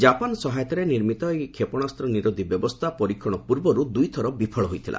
Japan ସହାୟତାରେ ନିର୍ମିତ ଏହି କ୍ଷେପଣାସ୍ତ୍ର ନିରୋଧୀ ବ୍ୟବସ୍ଥା ପରୀକ୍ଷଣ ପୂର୍ବରୁ ଦୁଇଥର ବିଫଳ ହୋଇଥିଲା